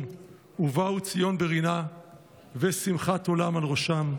ובאו ציון ברִנה ושמחת עולם על ראשם.